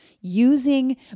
using